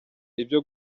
ibyo